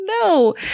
no